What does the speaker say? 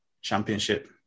Championship